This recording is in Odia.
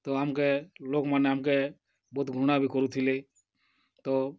ତ ଆମ୍କେ ଲୋକ୍ମାନେ ଆମ୍କେ ବହୁତ୍ ଘୃଣା ବି କରୁଥିଲେ ତ